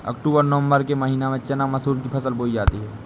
अक्टूबर नवम्बर के महीना में चना मसूर की फसल बोई जाती है?